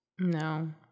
No